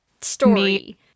story